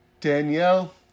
Danielle